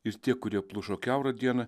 ir tie kurie plušo kiaurą dieną